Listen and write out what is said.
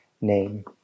name